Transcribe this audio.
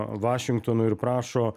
vašingtonui ir prašo